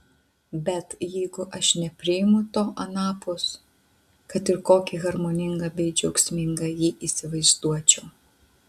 bet jeigu aš nepriimu to anapus kad ir kokį harmoningą bei džiaugsmingą jį įsivaizduočiau